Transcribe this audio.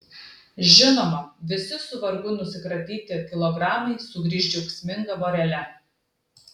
žinoma visi su vargu nusikratyti kilogramai sugrįš džiaugsminga vorele